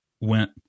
went